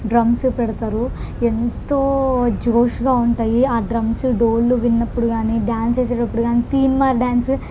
drums పెడతారు ఎంతో జోష్గా ఉంటాయి ఆ డ్రమ్స్ డోలు విన్నప్పుడు కానీ డ్యాన్స్ చేసేటప్పుడు కానీ తీన్మార్ డ్యాన్సు